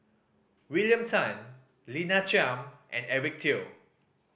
William Tan Lina Chiam and Eric Teo